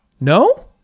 No